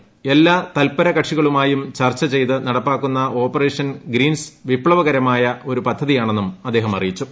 ഉ എല്ലാ തല്പര കക്ഷികളുമായും ചർച്ച് ചെയ്ത് നടപ്പാക്കുന്ന ഓപ്പറേഷൻ ഗ്രീൻസ് വിപ്ലവകരമായ ഒരു പദ്ധതിയാണിതെന്നും അദ്ദേഹം അറിയിച്ചു